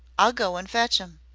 i'll go and fetch im.